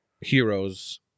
Heroes